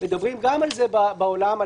גם על זה מדברים בעולם,